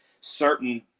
certain